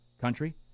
country